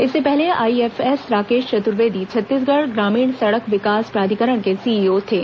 इससे पहले आईएफएस राकेश चतुर्वेदी छत्तीसगढ़ ग्रामीण सड़क विकास प्राधिकरण के सीईओ थे